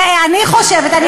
את חושבת.